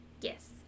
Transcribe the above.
Yes